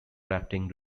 rafting